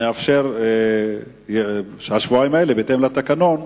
נאפשר את השבועיים האלה, בהתאם לתקנון.